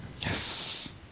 Yes